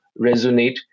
resonate